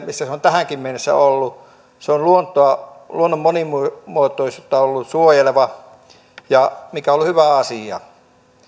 missä se on tähänkin mennessä ollut se on ollut luonnon monimuotoisuutta suojeleva mikä on ollut hyvä asia